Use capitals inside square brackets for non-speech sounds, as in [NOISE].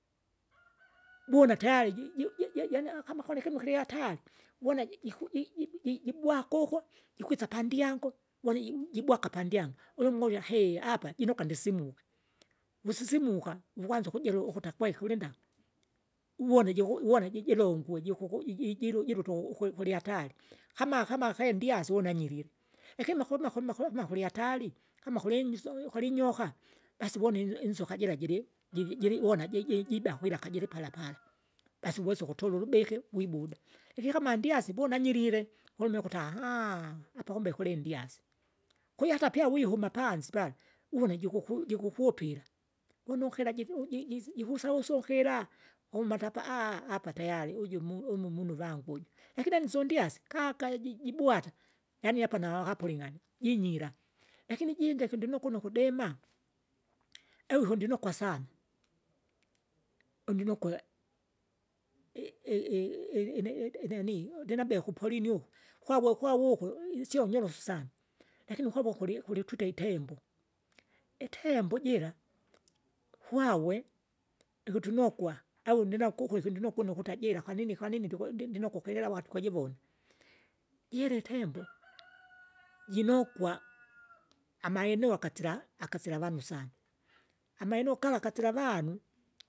[NOISE] buna tayari ji- ji- jijene kama kulikinu kilihatari, uvona ji- jiku- ji- ji- jibwakuko jikwisa pandyangu woji jibwaka pandyangu ulungiulya hee hapa jinoka ndisimuke, vusisimuka ukwanza ukujilu ukuta kwe kulinda, uwona jiku uwona jijilungue jikuku ji- ji- jil- jilute uku kulihatari, kama kama kendyasi unanyirile, ikinu kuluma kuluma kuluma kulihatari, kama kulinyiso kulinyoka, basi voni i- inzoka jira- jiri- jirivona [NOISE] ji- jiri- jiba kwilaka jilipalapala, Basi uwesa ukutulu ulubiki, wibuda, ikikama nyasi mbona nyirile, ulumile ukuti [HESITATION] apa kumbe kilimbyasi. Kwahiyo hata pya wihuma pansi pala, uvona jikuku jikukupila, wunukira jiri uji jisi jikusausukila kumata apa apa tayari ujumu umu umumunu vangu uju, lakini ansondyasi, kaka jijibwata, yaani apa na akapuling'ania, jinyira, lakini ijinge ikindinokuno kudema, euho ndinokwa sana, undinokwa, i- i- i- ine- ineni ndinabea ukupolini uko kwavo kwavukwe isionyorosu sana, lakini ukavo kuli- kulitute itembo, itembo jira, kwawe ikutunokwa, au ndinakukwe ikundino ukuta jira kwanini kwanini? ndiku- ndinokwa ikelewa atukujivona. Jira itembo, [NOISE] jinokwa, [NOISE] amaeneo agasila agasila vanu, amaeneo gala gasila avanu.